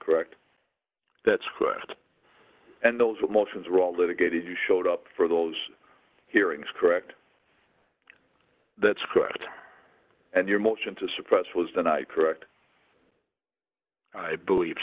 correct that's correct and those emotions were all that a get it you showed up for those hearings correct that's correct and your motion to suppress was denied correct i believe